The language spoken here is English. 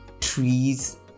trees